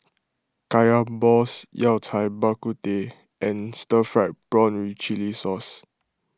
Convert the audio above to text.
Kaya Balls Yao Cai Bak Kut Teh and Stir Fried Prawn with Chili Sauce